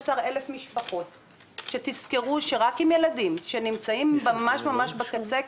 11,000 משפחות תזכרו: רק עם ילדים שנמצאות ממש ממש בקצה,